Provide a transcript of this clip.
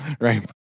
Right